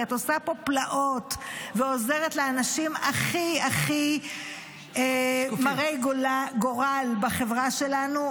כי את עושה פה פלאות ועוזרת לאנשים הכי הכי מרי גורל בחברה שלנו,